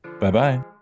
Bye-bye